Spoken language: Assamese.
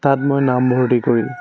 তাত মই নাম ভৰ্তি কৰিলোঁ